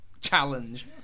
challenge